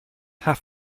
half